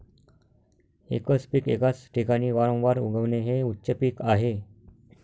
एकच पीक एकाच ठिकाणी वारंवार उगवणे हे उच्च पीक आहे